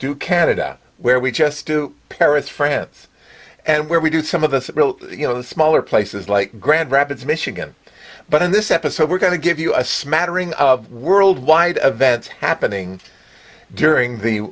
do canada where we just do paris france and where we do some of the real you know smaller places like grand rapids michigan but in this episode we're going to give you a smattering of worldwide events happening during the